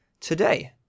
today